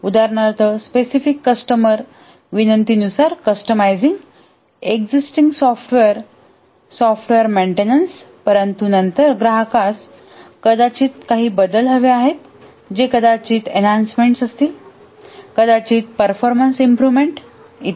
उदाहरणार्थ specific customer विनंती नुसार customizing existing software software maintenance परंतु नंतर ग्राहकास कदाचित काही बदल हवे आहेत जे कदाचित एन्हान्समेंट्स असतील कदाचित परफॉर्मन्स इम्प्रोव्हमेन्ट इ